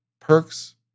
perks